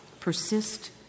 persist